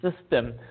system